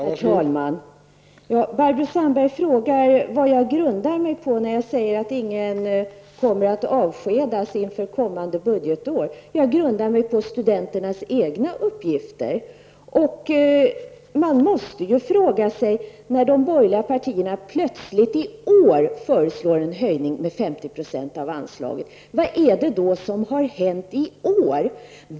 Herr talman! Barbro Sandberg frågar vad det är som ligger till grund för mitt uttalande att ingen kommer att avskedas inför kommande budgetår. Jag kan då säga att jag grundar detta påstående på upgifterna från studenterna själva.De borgerliga partierna föreslår plötsligt i år en höjning av anslaget i fråga med 50 %. Då måste jag fråga: Vad är det som har hänt i år?